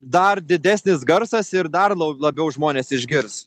dar didesnis garsas ir dar labiau žmonės išgirs